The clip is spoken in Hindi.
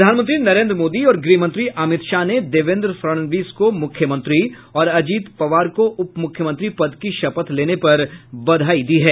प्रधानमंत्री नरेंद्र मोदी और गृह मंत्री अमित शाह ने देवेन्द्र फड़णवीस को मुख्यमंत्री और अजीत पवार को उप मुख्यमंत्री पद की शपथ लेने पर बधाई दी है